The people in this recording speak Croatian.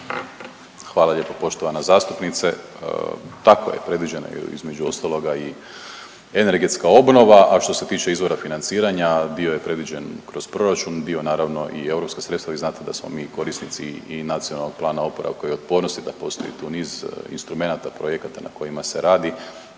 Hvala lijepo poštovana zastupnice. Tako je, predviđena je između ostaloga i energetska obnova, a što se tiče izvora financiranja dio je predviđen kroz proračun, dio naravno i europska sredstva, vi znate da smo mi korisnici i NPOO-a, da postoji tu niz instrumenata i projekata na kojima se radi